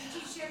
תנשמי.